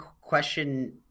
question